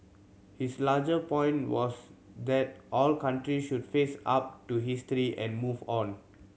his larger point was that all countries should face up to history and move on